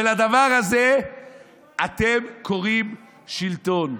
ולדבר הזה אתם קוראים שלטון.